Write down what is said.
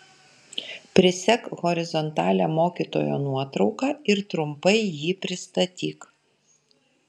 prisek horizontalią mokytojo nuotrauką ir trumpai jį pristatyk